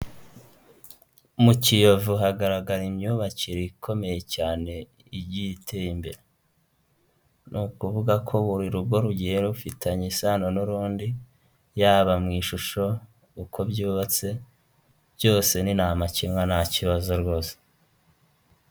Mu kiyovu hagaragara imyubakire ikomeye cyane igiye iteye imbere, ni ukuvuga ko buri rugo rugiye rufitanye isano n'urundi, yaba mu ishusho uko byubatse byose ni ntamakemwa nta kibazo rwose.